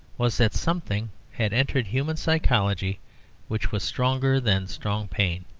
was that something had entered human psychology which was stronger than strong pain.